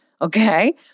Okay